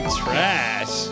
trash